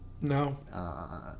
No